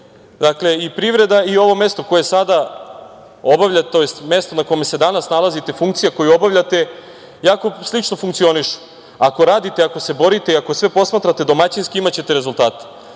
i privreda i ovo mesto koje sada obavljate, tj. mesto na kome se danas nalazite, funkcija koju obavljate, jako slično funkcionišu. Ako radite, ako se borite i ako sve posmatrate domaćinski imaćete rezultate.